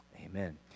Amen